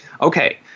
Okay